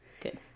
Good